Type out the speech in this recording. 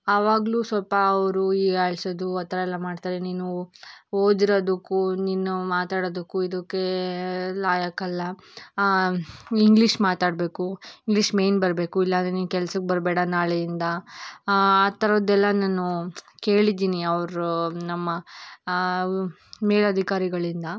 ಆವಾಗಲೂ ಸ್ವಲ್ಪ ಅವರು ಹೀಯಾಳ್ಸೊದು ಆ ಥರ ಎಲ್ಲ ಮಾಡ್ತಾರೆ ನೀನು ಓದಿರೋದಕ್ಕೂ ನೀನು ಮಾತಾಡೊದಕ್ಕೂ ಇದಕ್ಕೇ ಲಾಯಕ್ಕಲ್ಲ ಇಂಗ್ಲೀಷ್ ಮಾತಾಡಬೇಕು ಇಂಗ್ಲೀಷ್ ಮೇಯ್ನ್ ಬರಬೇಕು ಇಲ್ಲ ಅಂದರೆ ನೀನು ಕೆಲ್ಸಕ್ಕೆ ಬರಬೇಡ ನಾಳೆಯಿಂದ ಆ ಥರದ್ದೆಲ್ಲಾ ನಾನು ಕೇಳಿದ್ದೀನಿ ಅವರು ನಮ್ಮ ಮೇಲಾಧಿಕಾರಿಗಳಿಂದ